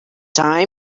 time